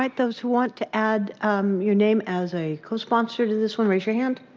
um those who want to add your name as a cosponsor to this one, raise your hand.